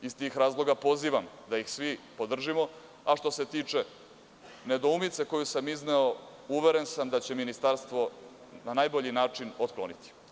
Iz tog razloga pozivam da ih svi podržimo, a što se tiče nedoumice koju sam izneo, uveren sam da će je ministarstvo na najbolji način otkloniti.